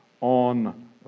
on